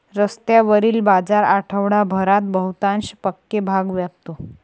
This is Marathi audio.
रस्त्यावरील बाजार आठवडाभरात बहुतांश पक्के भाग व्यापतो